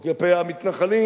או כלפי המתנחלים,